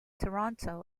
toronto